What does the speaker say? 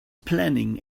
planning